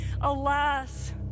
Alas